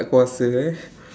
tak kuasa eh